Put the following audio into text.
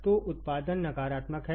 तो उत्पादन नकारात्मक है